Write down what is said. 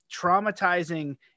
traumatizing